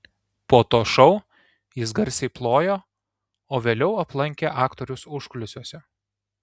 po to šou jis garsiai plojo o vėliau aplankė aktorius užkulisiuose